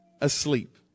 asleep